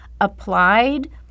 applied